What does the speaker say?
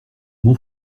mon